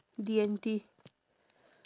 D and T